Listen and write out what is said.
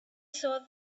saw